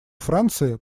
франции